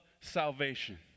salvation